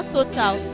Total